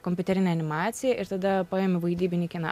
kompiuterinė animacija ir tada paimi vaidybinį kiną